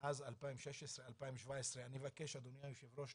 מאז 2016-2017 אני מבקש נתונים,